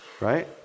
right